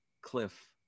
cliff